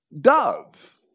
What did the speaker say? dove